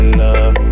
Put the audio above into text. love